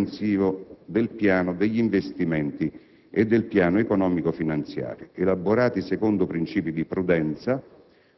un programma di intervento, comprensivo del piano degli investimenti e del piano economico-fìnanziario, elaborati secondo princìpi di prudenza